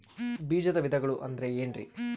ಬೇಜದ ವಿಧಗಳು ಅಂದ್ರೆ ಏನ್ರಿ?